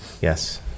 Yes